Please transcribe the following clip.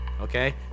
okay